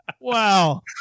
Wow